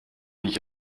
ich